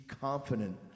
confident